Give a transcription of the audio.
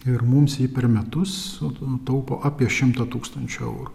ir mums per metus sutaupo apie šimtą tūkstančių eurų